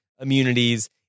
immunities